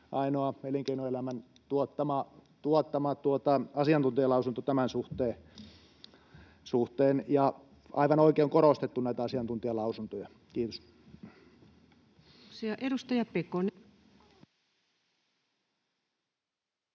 ainoa elinkeinoelämän tuottama asiantuntijalausunto tämän suhteen. Ja aivan oikein on korostettu näitä asiantuntijalausuntoja. — Kiitos.